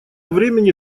времени